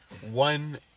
one